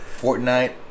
Fortnite